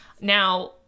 Now